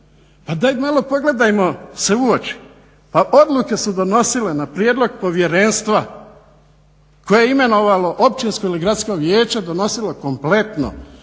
Pa daj malo pogledajmo se u oči pa odluke su donosile na prijedlog povjerenstva koje je imenovalo općinsko ili gradsko vijeće donosilo kompletno